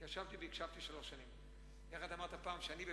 כי ישבתי והקשבתי שלוש שנים.